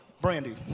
Brandy